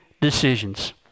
decisions